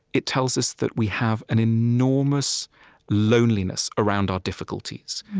it tells us that we have an enormous loneliness around our difficulties.